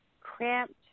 cramped